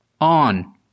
On